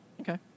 Okay